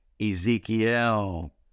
Ezekiel